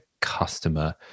customer